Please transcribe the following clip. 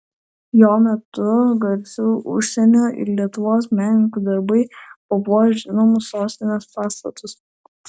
jo metu garsių užsienio ir lietuvos menininkų darbai papuoš žinomus sostinės pastatus